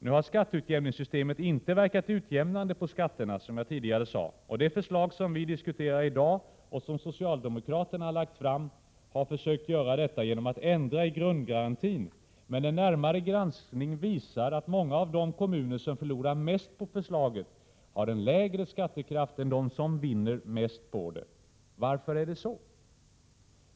Nu har skatteutjämningssystemet inte verkat utjämnande på skatterna, som jag sade tidigare. I det förslag som vi diskuterar i dag och som socialdemokraterna har lagt fram, har man försökt att göra det genom att ändra i grundgarantin. Men en närmare granskning visar att många av de kommuner som förlorar mest på förslaget har en lägre skattekraft än de som vinner mest på förslaget. Varför är det så?